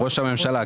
ראש הממשלה.